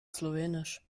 slowenisch